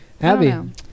Abby